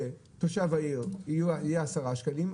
לתושב העיר יהיה 10 שקלים,